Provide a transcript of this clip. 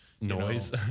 noise